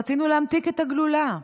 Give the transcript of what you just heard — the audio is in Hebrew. רצינו להמתיק את הגלולה,